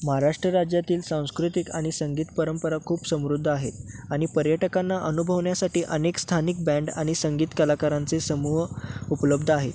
महाराष्ट्र राज्यातील सांस्कृतिक आणि संगीत परंपरा खूप समृद्ध आहे आणि पर्यटकांना अनुभवण्यासाठी अनेक स्थानिक बँड आणि संगीत कलाकारांचे समूह उपलब्ध आहेत